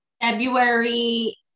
February